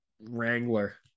Wrangler